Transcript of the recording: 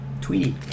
Tweety